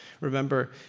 Remember